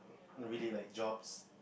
no really like jobs